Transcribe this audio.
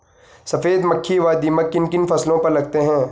सफेद मक्खी व दीमक किन किन फसलों पर लगते हैं?